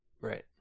Right